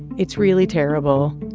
it's really terrible,